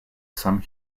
some